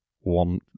one